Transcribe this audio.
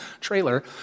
trailer